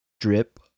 drip